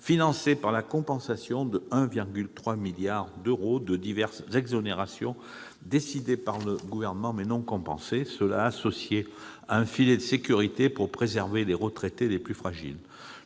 financé par la compensation de 1,3 milliard d'euros de diverses exonérations décidées par le Gouvernement, mais non compensées, et associé à un filet de sécurité, pour préserver les retraités les plus fragiles.